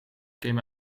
came